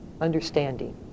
understanding